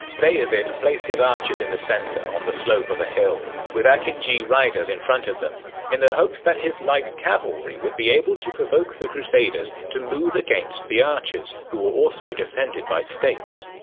bayezid placed his archers in the center on the slope of a hill with akinji riders in front of them in the hopes that his light cavalry would be able to provoke the crusaders to move against the archers who were also defended by stakes.